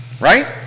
right